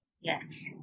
yes